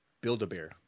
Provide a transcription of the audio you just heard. Build-A-Bear